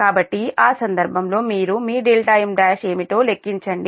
కాబట్టి ఆ సందర్భంలో మీరు మీ m1 ఏమిటో లెక్కించండి